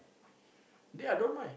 they are don't mind